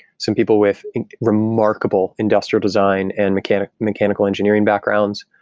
some people with remarkable industrial design and mechanical mechanical engineering backgrounds,